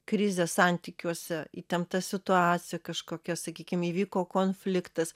krizė santykiuose įtempta situacija kažkokia sakykim įvyko konfliktas